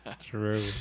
True